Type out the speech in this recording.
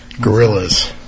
Gorillas